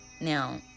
now